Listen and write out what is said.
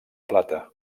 plata